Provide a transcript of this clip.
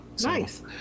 Nice